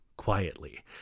quietly